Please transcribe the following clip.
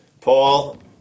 Paul